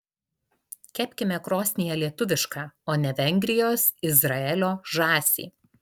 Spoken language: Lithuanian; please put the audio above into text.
kepkime krosnyje lietuvišką o ne vengrijos izraelio žąsį